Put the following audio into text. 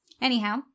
Anyhow